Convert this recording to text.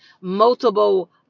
multiple